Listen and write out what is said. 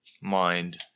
mind